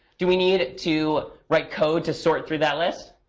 do we need to write code to sort through that list?